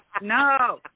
No